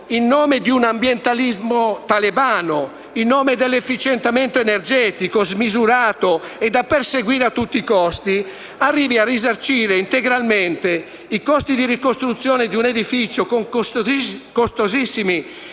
in nome di un ambientalismo talebano, in nome dell'efficientamento energetico smisurato e da perseguire a tutti i costi, arrivi a risarcire integralmente i costi di ricostruzione di un edificio con costosissimi interventi